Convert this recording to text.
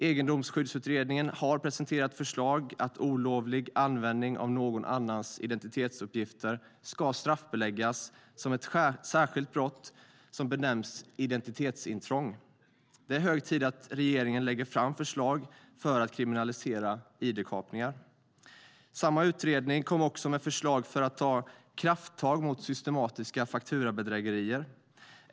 Egendomsskyddsutredningen har presenterat förslag om att olovlig användning av någon annans identitetsuppgifter ska straffbeläggas som ett särskilt brott som benämns identitetsintrång. Det är hög tid att regeringen lägger fram förslag för att kriminalisera ID-kapningar. Samma utredning tog också fram förslag för att ta krafttag mot systematiska fakturabedrägerier.